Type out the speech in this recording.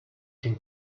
can